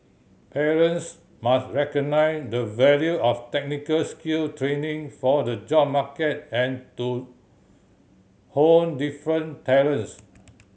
parents must recognise the value of technical skill training for the job market and to hone different talents